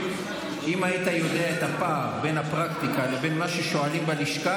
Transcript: אם היית יודע את הפער בין הפרקטיקה לבין מה ששואלים בלשכה,